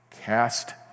cast